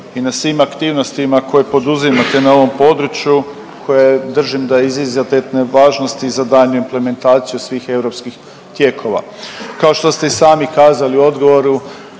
i na svim aktivnostima koje poduzimate na ovom području koje držim da je od izuzetne važnosti za daljnju implementaciju svih europskih tijekova. Kao što ste i sami kazali u odgovoru